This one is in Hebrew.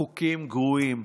חוקים גרועים,